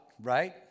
right